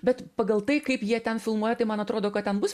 bet pagal tai kaip jie ten filmuoja tai man atrodo kad ten bus